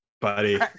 buddy